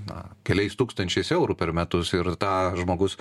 na keliais tūkstančiais eurų per metus ir tą žmogus